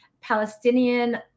Palestinian